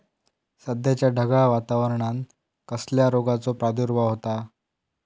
सध्याच्या ढगाळ वातावरणान कसल्या रोगाचो प्रादुर्भाव होता?